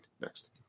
Next